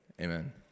Amen